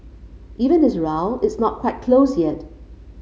even this round it's not quite closed yet